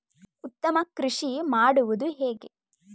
ಉತ್ತಮ ಕೃಷಿ ಮಾಡುವುದು ಹೇಗೆ?